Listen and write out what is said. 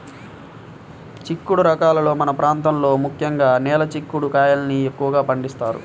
చిక్కుడు రకాలలో మన ప్రాంతంలో ముఖ్యంగా నేల చిక్కుడు కాయల్ని ఎక్కువగా పండిస్తారు